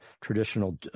traditional